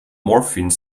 morphine